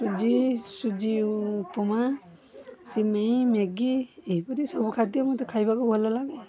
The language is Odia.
ସୁଜି ସୁଜି ଉପମା ସିମେଇଁ ମ୍ୟାଗି ଏହିପରି ସବୁ ଖାଦ୍ୟ ମୋତେ ଖାଇବାକୁ ଭଲ ଲାଗେ